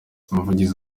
umuvugizi